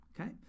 Okay